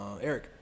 Eric